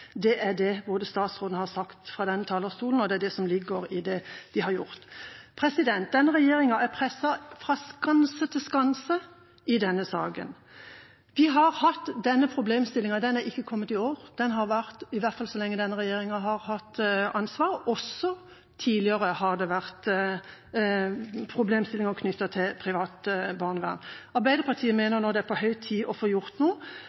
Det er det statsråden har sagt fra denne talerstolen, og det er det som ligger i det de har gjort. Denne regjeringa er presset fra skanse til skanse i denne saken. Denne problemstillingen har ikke kommet i år, den har vart i hvert fall så lenge denne regjeringa har hatt ansvar, og også tidligere har det vært problemstillinger knyttet til privat barnevern. Arbeiderpartiet mener det nå er på høy tid å få gjort noe.